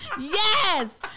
Yes